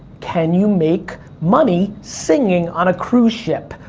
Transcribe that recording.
can you make money singing on a cruise ship,